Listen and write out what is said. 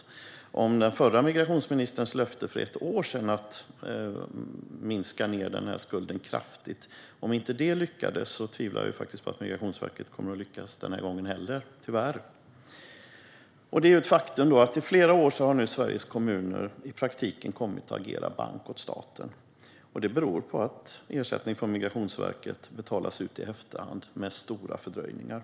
Om Migrationsverket inte lyckades hålla den förra migrationsministerns löfte för ett år sedan om att minska skulden kraftigt tvivlar jag tyvärr på att man faktiskt kommer att lyckas den här gången. Faktum är att Sveriges kommuner i flera år i praktiken har kommit att agera bank åt staten. Det beror på att ersättningen från Migrationsverket betalas ut i efterhand med stora fördröjningar.